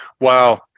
Wow